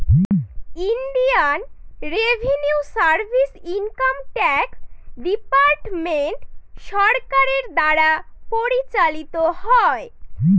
Indian revenue service income tax department সরকারের দ্বারা পরিচালিত হয়